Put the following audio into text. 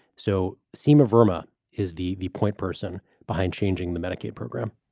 so seamer vermont is the the point person behind changing the medicaid program,